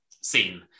scene